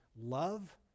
love